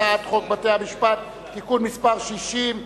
הצעת חוק בתי-המשפט (תיקון מס' 60),